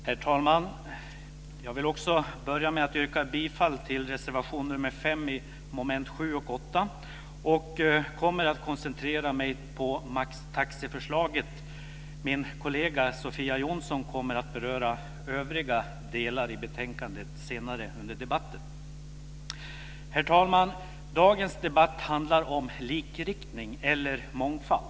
Herr talman! Jag vill börja med att också yrka bifall till reservation 5 under mom. 7 och 8. Jag kommer att koncentrera mig på maxtaxeförslaget. Min kollega Sofia Jonsson kommer att beröra övriga delar i betänkandet senare under debatten. Herr talman! Dagens debatt handlar om likriktning eller mångfald.